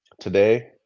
today